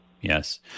Yes